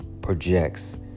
projects